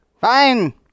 Fine